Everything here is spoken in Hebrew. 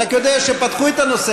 אני רק יודע שפתחו את הנושא,